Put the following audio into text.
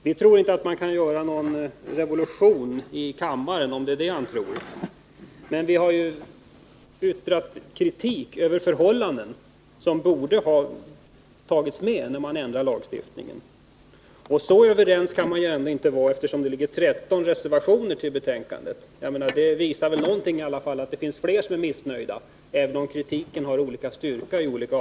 Vi tror inte att man kan göra någon revolution i kammaren, men vi har uttalat kritik över förhållanden som borde ha ändrats när man får en ny lagstiftning. Och så överens kan man inte vara i utskottet, eftersom det har fogats 13 reservationer vid betänkandet. Det visar väl att fler är missnöjda, även om kritiken har olika styrka.